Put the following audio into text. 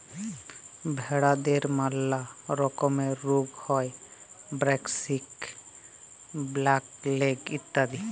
ভেরাদের ম্যালা রকমের রুগ হ্যয় ব্র্যাক্সি, ব্ল্যাক লেগ ইত্যাদি